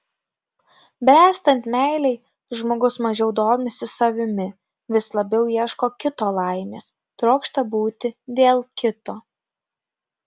bręstant meilei žmogus mažiau domisi savimi vis labiau ieško kito laimės trokšta būti dėl kito